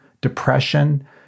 Depression